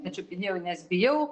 nečiupinėjau nes bijau